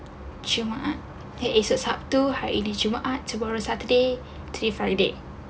jumaat !yay! it's a sabtu hari di jumaat lepas baru ada saturday three friday